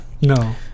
No